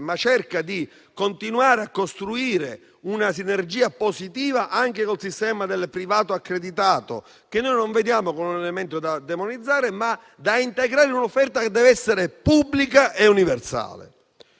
ma che cerca di continuare a costruire una sinergia positiva anche col sistema del privato accreditato, che noi non vediamo come un elemento da demonizzare, ma da integrare in un'offerta che deve essere pubblica e universale.